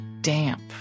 damp